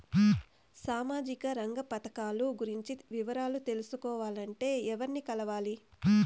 సామాజిక రంగ పథకాలు గురించి వివరాలు తెలుసుకోవాలంటే ఎవర్ని కలవాలి?